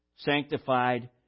sanctified